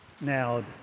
Now